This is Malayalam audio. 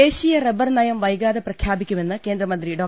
ദേശീയ റബ്ബർ നയം വൈകാതെ പ്രഖ്യാപിക്കുമെന്ന് കേന്ദ്രമന്ത്രി ഡോ